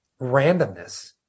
randomness